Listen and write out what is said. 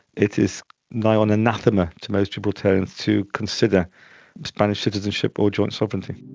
it is nigh on anathema to most gibraltarians to consider spanish citizenship or joint sovereignty.